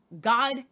god